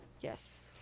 yes